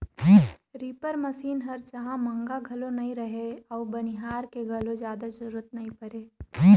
reaper machine हर जहां महंगा घलो नई रहें अउ बनिहार के घलो जादा जरूरत नई परे